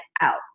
out